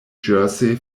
jersey